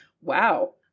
wow